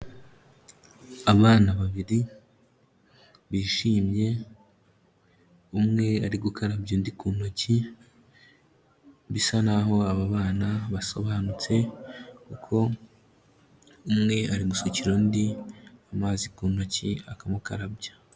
Abana babiri, bishimye, umwe ari gukarabya undi ku ntoki, bisa naho aba bana basobanutse kuko umwe ari gusukira undi amazi ku ntoki akamukarabya.